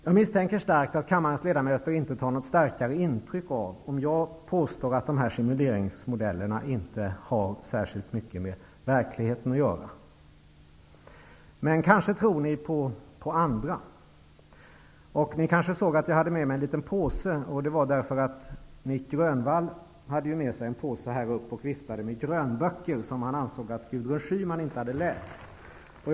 Jag misstänker starkt att kammarens ledamöter inte tar något starkare intryck av om jag påstår att dessa simuleringsmodeller inte har särskilt mycket med verkligheten att göra. Men ni kanske tror på andra. Ni kanske såg att jag har med mig en liten påse upp i talarstolen. Det har jag därför att Nic Grönvall hade med sig en påse upp i talarstolen och viftade med grönböcker som han ansåg att Gudrun Schyman inte hade läst.